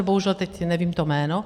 Bohužel teď nevím to jméno.